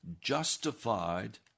justified